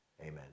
Amen